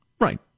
right